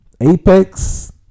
Apex